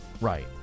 Right